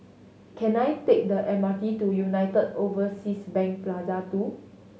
can I take the M R T to United Overseas Bank Plaza Two